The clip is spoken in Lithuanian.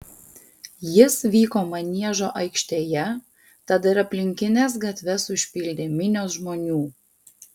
jis vyko maniežo aikštėje tad ir aplinkines gatves užpildė minios žmonių